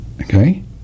Okay